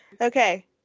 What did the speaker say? Okay